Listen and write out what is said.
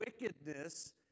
wickedness